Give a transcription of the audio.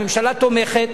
הממשלה תומכת.